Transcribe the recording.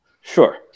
sure